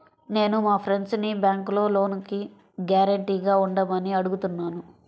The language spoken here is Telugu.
నేను మా ఫ్రెండ్సుని బ్యేంకులో లోనుకి గ్యారంటీగా ఉండమని అడుగుతున్నాను